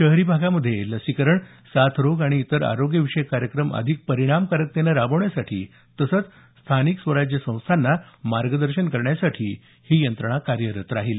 शहरी भागामध्ये लसीकरण साथ रोग आणि इतर आरोग्यविषयक कार्यक्रम अधिक परिणामकारकतेने राबवण्यासाठी तसंच स्थानिक स्वराज्य संस्थांना मार्गदर्शन करण्यासाठी ही यंत्रणा कार्यरत राहील